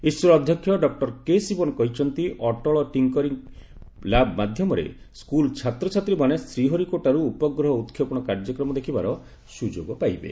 ISRO ଅଧ୍ୟକ୍ଷ doctor କେଶିବନ୍ କହିଛନ୍ତି ଅଟଳ ଟିଙ୍କରିଙ୍ଗ୍ ଲ୍ୟାବ ମାଧ୍ୟମରେ ସ୍କୁଲ ଛାତ୍ରଛାତ୍ରୀମାନେ ଶ୍ରୀହରିକୋଟାରୁ ଉପଗ୍ରହ ଉତ୍କ୍ଷେପଣ କାର୍ଯ୍ୟକ୍ରମ ଦେଖିବାର ସୁଯୋଗ ପାଇବେ